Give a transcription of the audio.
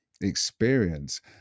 experience